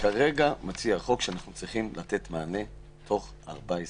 כרגע מציע החוק לתת מענה בתוך 14 יום.